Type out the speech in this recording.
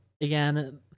again